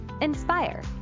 inspire